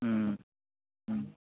ও